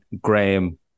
Graham